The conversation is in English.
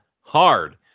hard